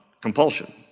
compulsion